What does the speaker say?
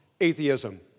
atheism